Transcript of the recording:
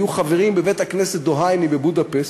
היו חברים בבית-הכנסת "דוהאני" בבודפשט,